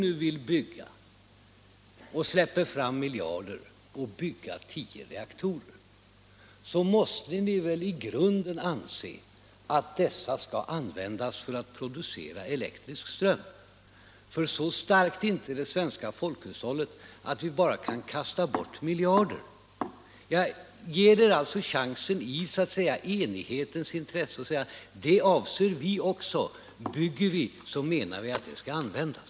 Om ni vill bygga tio reaktorer och släpper till miljarder för det ändamålet, måste ni väl i grunden anse att dessa skall användas för att producera elektrisk ström. Så starkt är inte det svenska folkhushållet att vi kan kasta bort miljarder. Jag ger er alltså chansen att, så att säga i enighetens intresse, uttala att också ni har den uppfattningen — bygger vi reaktorerna, så menar vi också att de skall användas.